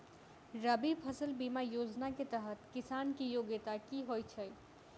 रबी फसल बीमा योजना केँ तहत किसान की योग्यता की होइ छै?